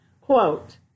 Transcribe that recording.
Quote